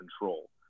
control